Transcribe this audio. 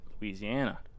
Louisiana